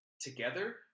together